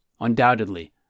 undoubtedly